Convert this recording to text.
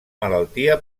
malaltia